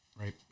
Right